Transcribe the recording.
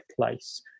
place